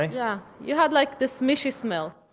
yeah, you had like this mishy smell,